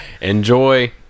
enjoy